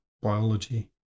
biology